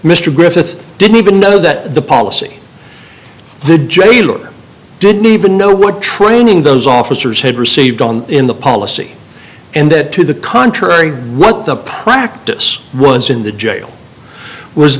mr griffith didn't even know that the policy the jailer didn't even know what training those officers had received on in the policy and that to the contrary what the practice runs in the jail w